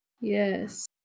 Yes